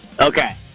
Okay